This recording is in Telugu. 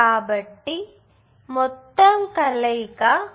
కాబట్టి ఈ మొత్తం కలయిక 11